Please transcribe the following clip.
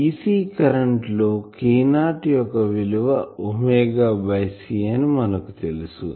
dc current లో K0 యొక్క విలువ ఒమేగా బై c అని మనకు తెలుసు